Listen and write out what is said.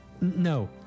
No